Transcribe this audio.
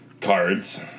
cards